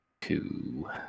Two